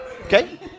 Okay